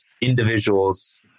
individuals